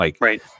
Right